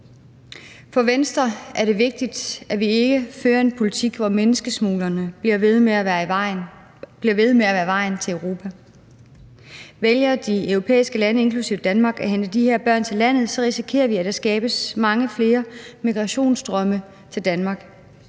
For Venstre er det vigtigt, at vi ikke fører en politik, hvor menneskesmuglerne bliver ved med at være vejen til Europa. Vælger de europæiske lande inklusive Danmark at hente de her børn til landet, risikerer vi, at der skabes mange flere migrationsstrømme til Danmark